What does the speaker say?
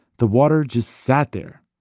the water just sat there,